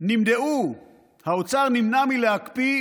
האוצר נמנע מלהקפיא